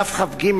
דף כ"ג,